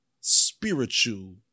spiritual